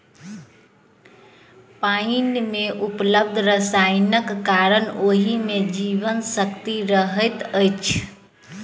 पाइन मे उपलब्ध रसायनक कारणेँ ओहि मे जीवन शक्ति रहैत अछि